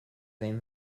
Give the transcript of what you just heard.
name